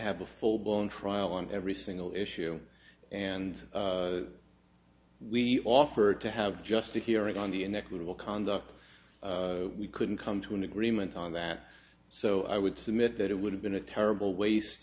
have a full blown trial on every single issue and we offered to have just a hearing on the inequitable conduct we couldn't come to an agreement on that so i would submit that it would have been a terrible waste